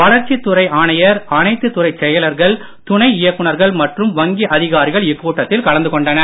வளர்ச்சித் துறை ஆணையரும் அனைத்து துறை செயலர்கள் துணை இயக்குநர்கள் மற்றும் வங்கி அதிகாரிகளும் இக்கூட்டத்தில் கலந்து கொண்டனர்